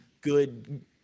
good